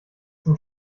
zum